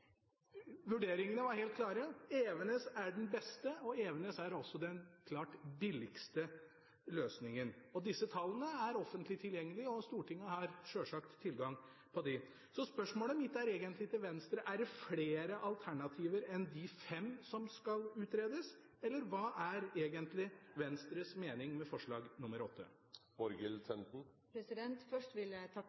Evenes er også den klart billigste løsningen. Disse tallene er offentlig tilgjengelig, og Stortinget har sjølsagt tilgang til dem. Spørsmålet mitt til Venstre er egentlig: Er det flere alternativer enn de fem som skal utredes? Hva er egentlig Venstres mening med forslag nr. 8? Først vil jeg takke